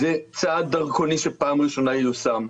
זה צעד דרקוני שפעם ראשונה ייושם,